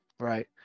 Right